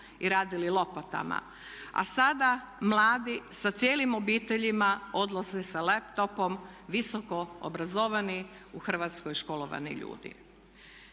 i radili lopatama, a sada mladi sa cijelim obiteljima odlaze sa laptopom visoko obrazovani u Hrvatskoj školovani ljudi.